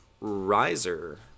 riser